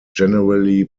generally